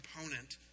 component